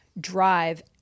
drive